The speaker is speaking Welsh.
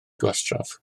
gwastraff